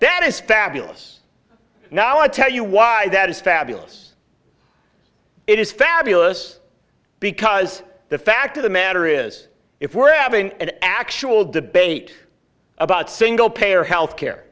that is fabulous now i tell you why that is fabulous it is fabulous because the fact of the matter is if we're having an actual debate about single payer health care